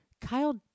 Kyle